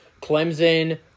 Clemson